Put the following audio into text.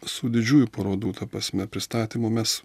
su didžiųjų parodų ta prasme pristatymu mes